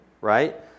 Right